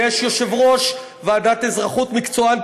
יש יושב-ראש ועדת אזרחות מקצוען.